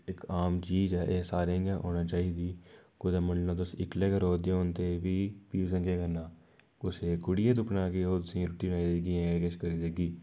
इक आम चीज ऐ ऐ सारे गी औंनी चाहिदी कुदै मन्नी लेऔ तुस इक्कले गै रवा'दे होंदे फ्ही तुसें केह् करना कुसै कुडियै गी तुप्पना केह् ओह् तुसें गी रुट्टी बनाई देऐ जां किश करी देगी